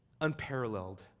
unparalleled